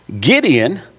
Gideon